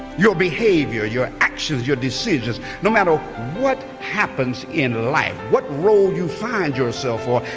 your behavior your actions your decisions no matter what happens in life what role you find yourself for.